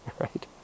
right